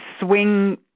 swing